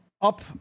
up